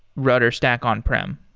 rudderstack on-prem?